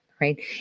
right